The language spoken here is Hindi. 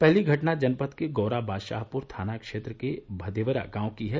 पहली घटना जनपद के गौराबादशाहपुर थाना क्षेत्र के भदेवरा गांव की है